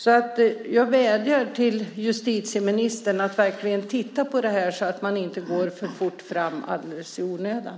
Jag vädjar alltså till justitieministern att verkligen titta på det här så att man inte går för fort fram alldeles i onödan.